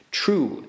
true